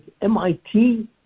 MIT